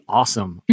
awesome